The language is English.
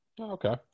Okay